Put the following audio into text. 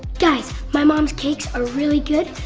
guys, my mom's cakes are really good,